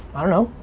i don't know,